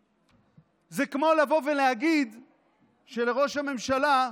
זה כל הליך בבית המשפט העליון: